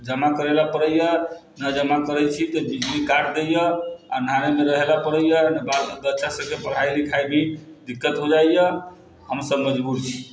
जमा करैले पड़ैया न जमा करै छी तऽ बिजली काट देइया अन्हारेमे रहैले पड़ैयै बाल बच्चा सभके पढ़ाइ लिखाइ भी दिक्कत होइ जाइया हम सभ मजबूर छी